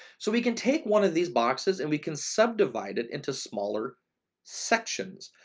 so we can take one of these boxes and we can subdivide it into smaller sections.